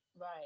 Right